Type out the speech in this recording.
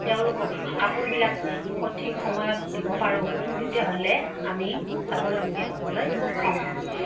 তেওঁলোকক কাপোৰবিলাক সঠিক সময়ত দিব পাৰোঁ তেতিয়াহ'লে আমি স্বাৱলম্বী হ'বলৈ সক্ষম হ'ম